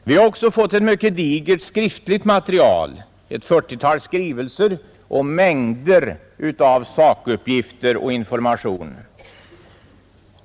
Vi har också fått ett mycket digert skriftligt material, nämligen ett fyrtiotal skrivelser, och mängder av sakuppgifter och information.